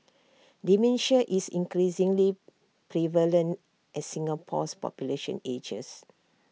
dementia is increasingly prevalent as Singapore's population ages